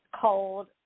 cold